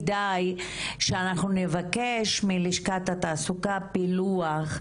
אבל אולי כדאי שאנחנו נבקש מלשכת התעסוקה פילוח,